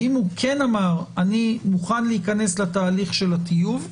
אם הוא כן אמר: אני מוכן להיכנס לתהליך הטיוב,